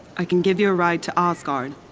i can give you a ride to asgard.